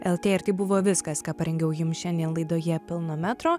lrt ir tai buvo viskas ką parengiau jums šiandien laidoje pilno metro